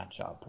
matchup